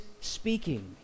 speaking